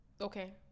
Okay